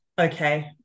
Okay